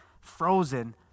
frozen